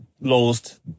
lost